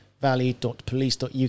valley.police.uk